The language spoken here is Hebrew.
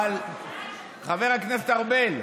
חבר הכנסת ארבל,